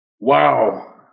Wow